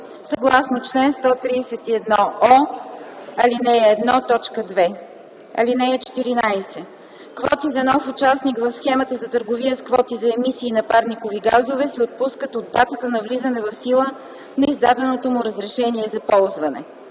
съгласно чл. 131о, ал. 1, т. 2. (14) Квоти за нов участник в схемата за търговия с квоти за емисии на парникови газове се отпускат от датата на влизане в сила на издаденото му решение за ползване.